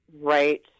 right